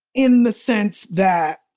in the sense that